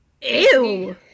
Ew